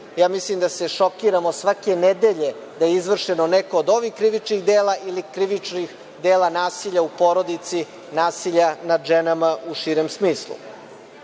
mislim da se šokiramo svake nedelje da je izvršeno neko od ovih krivičnih dela ili krivičnih dela nasilja u porodici, nasilja nad ženama u širem smislu. Mislim